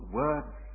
words